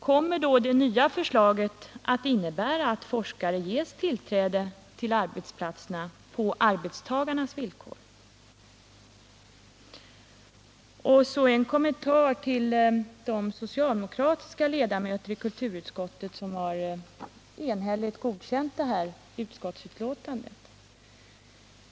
Kommer då det nya förslaget att innebära att forskare ges tillträde till arbetsplatserna på arbetstagarnas villkor? Till sist en kommentar till de socialdemokratiska ledamöterna i kulturutskottet som enhälligt har godkänt utskottsbetänkandet.